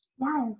Yes